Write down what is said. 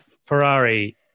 Ferrari